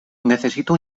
necesito